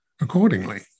accordingly